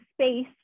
space